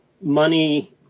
money